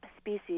species